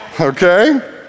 Okay